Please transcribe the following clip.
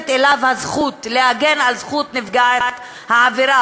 אליו הזכות להגן על זכות נפגעת העבירה,